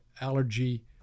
allergy